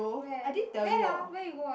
where where ah where you go ah